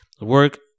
work